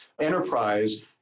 enterprise